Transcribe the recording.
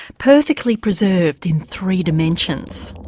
perfectly preserved in three dimensions.